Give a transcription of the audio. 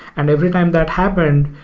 and every time that happened,